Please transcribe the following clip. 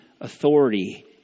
authority